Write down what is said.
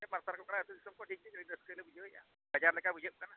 ᱢᱟᱨᱥᱟᱞ ᱠᱚᱜ ᱠᱟᱱᱟ ᱟᱛᱳ ᱫᱤᱥᱚᱢ ᱠᱚ ᱰᱤᱜᱽ ᱰᱤᱜᱽ ᱟᱹᱰᱤ ᱨᱟᱹᱥᱠᱟᱹ ᱞᱮ ᱵᱩᱡᱷᱟᱹᱣᱮᱜᱼᱟ ᱵᱟᱡᱟᱨ ᱞᱮᱠᱟ ᱵᱩᱡᱷᱟᱹᱜ ᱠᱟᱱᱟ